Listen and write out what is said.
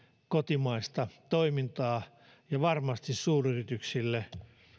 kotimaista toimintaa ja varmasti suuryrityksille